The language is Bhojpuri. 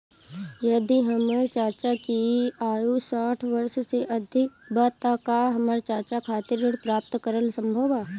यदि हमर चाचा की आयु साठ वर्ष से अधिक बा त का हमर चाचा खातिर ऋण प्राप्त करल संभव बा